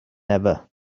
never